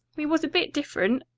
we was a bit different.